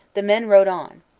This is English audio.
the men rode on.